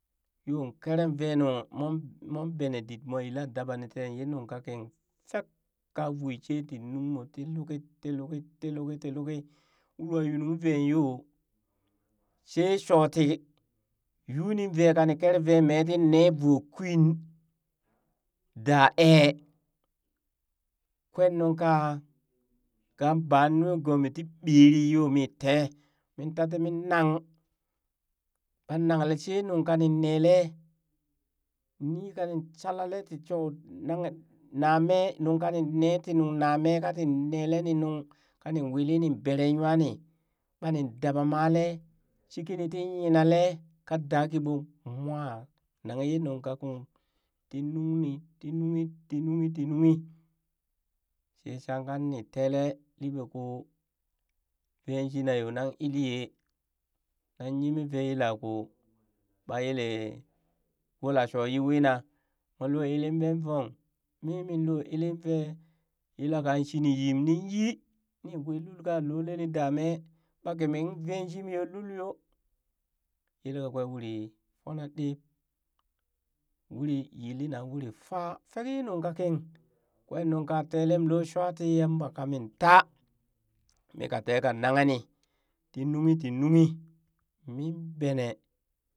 Yoo kere vee nuu moon moon bene dit moo yila dabani tee yee nunkankin fek ka wishee ti nungmoo ti luki ti luki ti luki ti luki wul wa yunung veen yo shee shooti yuuni vee kani kere vee mee ti nee vo kwin daa ee kweenunka, ka baa nigoo mii ti beri yoo mii tee min ta timin nan ɓan nanlee shee nungha ka nin nee lee niikani shalale ti shoti nanghe na mee nungka nin ne ti nung na mee, ka tin nele nung kani wili nin bere nyanii ɓanin daba maleee shi kinii ti nyina lee kaa da kiɓoo mwa nanghe ye nungkakung ti nungni ti nunghi ti nunghi ti nunghi shee shanka nii telee liɓee koo vee shina yoo. nan iliyeee nan yemee vee yela koo ɓaa yeleee wula shoo yi wina moon loo ili ɓeen vong mi min loo ilin vee yelka shinin nyim nin yii, nii wii lul ka lole ni da mee ɓaa kimi vee shimi yo, lul yoo yelka kweee uri fona dee uri yili na uri faa fek yee nung ka kin kwee nungka te lem loo shwa tii yamba kamintaa mii ka tee ka nangheni ti nunghe ti nunghe min benee.